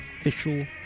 official